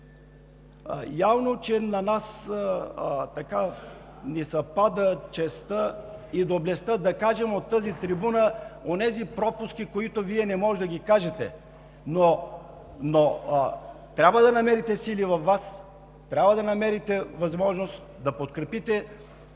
Явно, че на нас се пада честта и доблестта на кажем от тази трибуна онези пропуски, които Вие не може да ги кажете. Трябва да намерите сили във Вас, трябва да намерите възможност да подкрепите